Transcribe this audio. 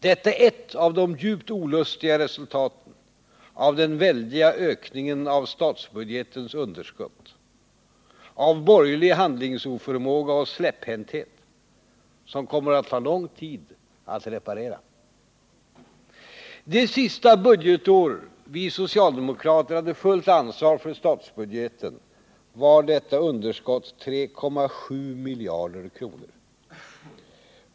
Detta är ett av de djupt olustiga resultaten av den väldiga ökningen av statsbudgetens underskott, av borgerlig handlingsoförmåga och släpphänthet, som kommer att ta lång tid att reparera. Det sista budgetår vi socialdemokrater hade fullt ansvar för statsbudgeten var detta underskott 3,7 miljarder kronor.